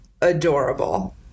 adorable